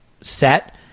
set